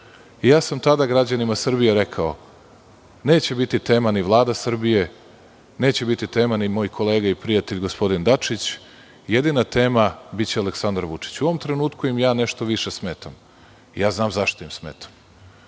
Ja sam tada građanima Srbije rekao – neke biti tema ni Vlada Srbije, neće biti tema ni moj kolega i prijatelj, gospodin Dačić, jedina tema biće Aleksandar Vučić. U ovom trenutku im ja nešto više smetam, smetam im zato